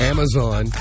Amazon